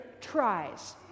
tries